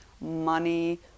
money